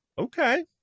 okay